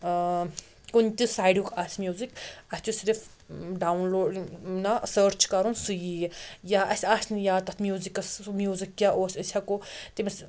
ٲں کُنہِ تہِ سایڈک آسہِ میٛوٗزِک اسہِ چھُ صِرف ڈاوُن لوڈ نَہ سٔرٕچ چھُ کَرُن سُہ ییہِ یا اسہِ آسہِ نہٕ یاد تَتھ میٛوٗزِکَس سُہ میٛوٗزِک کیٛاہ اوس أسۍ ہیٚکو تٔمِس